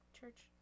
Church